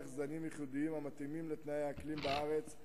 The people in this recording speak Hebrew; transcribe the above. זנים ייחודיים המתאימים לתנאי האקלים בארץ,